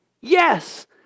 Yes